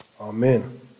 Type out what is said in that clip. Amen